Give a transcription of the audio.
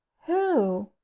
who?